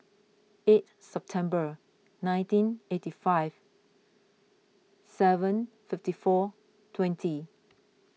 eighth September nineteen eighty five seven fifty four twenty